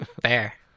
Fair